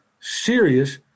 serious